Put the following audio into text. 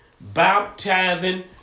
baptizing